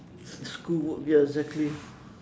schoolwork ya exactly